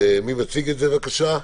מי מציג את זה, בבקשה?